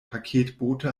paketbote